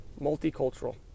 multicultural